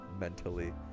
mentally